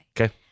Okay